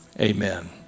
amen